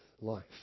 life